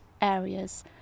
areas